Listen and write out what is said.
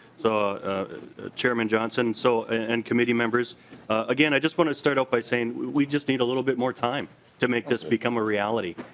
so chairman johnson so and committee members again i want to start out by saying we just need a little bit more time to make us become a reality.